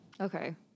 Okay